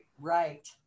Right